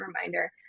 reminder